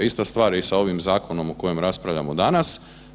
Ista stvar je i sa ovim zakonom o kojem raspravljamo danas.